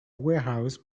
warehouse